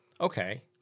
Okay